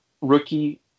rookie